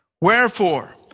Wherefore